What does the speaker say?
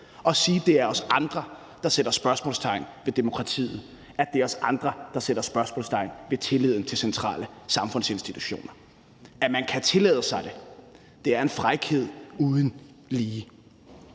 og sige, at det er os andre, der sætter spørgsmålstegn ved demokratiet, at det er os andre, der sætter spørgsmålstegn ved tilliden til centrale samfundsinstitutioner. At man kan tillade sig det, er en frækhed uden lige.